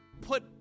put